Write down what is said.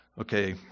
okay